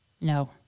No